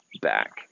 back